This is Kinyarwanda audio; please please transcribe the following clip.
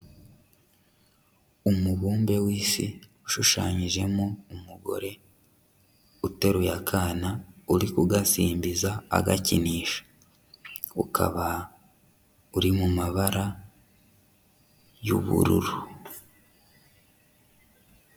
Umubumbe w'Isi ushushanyijemo umugore uteruye akana, uri kugasimbiza agakinisha, ukaba uri mu mabara y'ubururu.